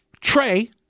Trey